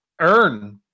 earn